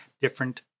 different